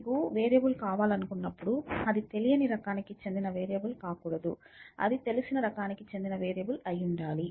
మీకు వేరియబుల్ కావాలనుకున్నప్పుడు అది తెలియని రకానికి చెందిన వేరియబుల్ కాకూడదు అది తెలిసిన రకానికి చెందిన వేరియబుల్ అయి ఉండాలి